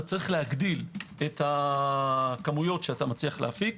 אתה צריך להגדיל את הכמויות שאתה מצליח להפיק.